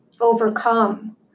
overcome